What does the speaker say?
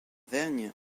vergnes